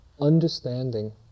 understanding